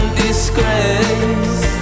disgrace